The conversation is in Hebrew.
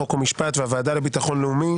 חוק ומשפט והוועדה לביטחון לאומי,